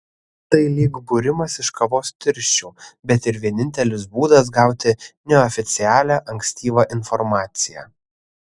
tai lyg būrimas iš kavos tirščių bet ir vienintelis būdas gauti neoficialią ankstyvą informaciją